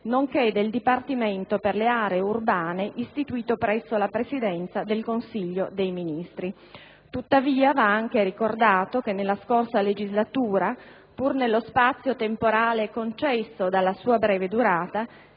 nonché del Dipartimento per le aree urbane istituito presso la Presidenza del Consiglio dei ministri. Tuttavia va anche ricordato che nella scorsa legislatura, pur nello spazio temporale concesso dalla sua breve durata,